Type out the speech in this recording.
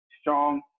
strong